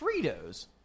Frito's